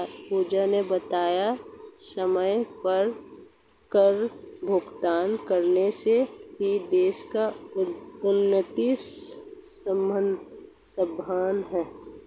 पूजा ने बताया कि समय पर कर भुगतान करने से ही देश की उन्नति संभव है